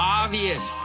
obvious